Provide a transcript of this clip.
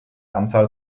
anzahl